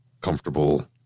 comfortable